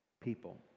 people